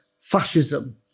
fascism